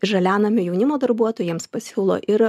žalianamio jaunimo darbuotojams pasiūlo ir